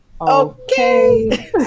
okay